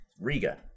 Riga